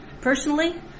personally